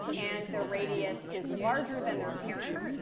and their radius is larger than their parent.